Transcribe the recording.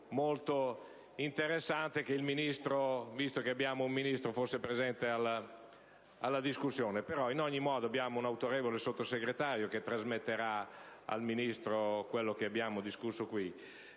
molto interessante che il Ministro - visto che abbiamo un Ministro - fosse presente alla discussione. Ad ogni modo, abbiamo un autorevole Sottosegretario, che trasmetterà al Ministro quanto qui discusso.